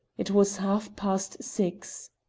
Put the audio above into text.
it was half-past six.